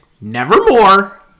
nevermore